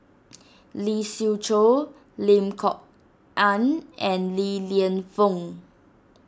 Lee Siew Choh Lim Kok Ann and Li Lienfung